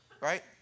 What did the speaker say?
right